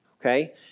Okay